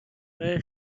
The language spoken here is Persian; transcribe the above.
راه